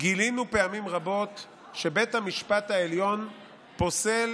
גילינו פעמים רבות שבית המשפט העליון פוסל